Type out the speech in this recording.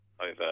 Over